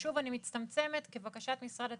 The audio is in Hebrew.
שוב, אני מצטמצמת, כבקשת משרד התקשורת,